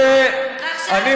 אלה דברים שנעשו בזמן מפא"י,